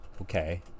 Okay